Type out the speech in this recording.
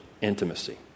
intimacy